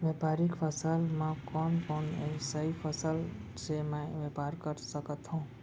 व्यापारिक फसल म कोन कोन एसई फसल से मैं व्यापार कर सकत हो?